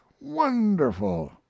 wonderful